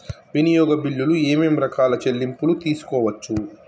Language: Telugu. వినియోగ బిల్లులు ఏమేం రకాల చెల్లింపులు తీసుకోవచ్చు?